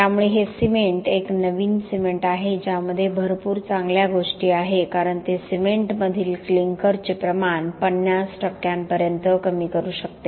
त्यामुळे हे सिमेंट एक नवीन सिमेंट आहे ज्यामध्ये भरपूर चांगल्या गोष्टी आहे कारण ते सिमेंटमधील क्लिंकरचे प्रमाण ५० टक्क्यांपर्यंत कमी करू शकते